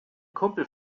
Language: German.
kumpel